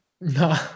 No